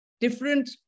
Different